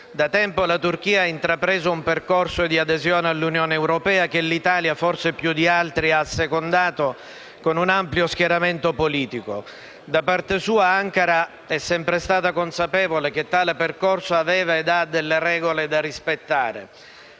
Da tempo la Turchia ha intrapreso un percorso di adesione all'Unione europea che l'Italia, forse più di altri, ha assecondato, con un amplio schieramento politico. Da parte sua, Ankara è sempre stata consapevole che tale percorso aveva e ha delle regole da rispettare.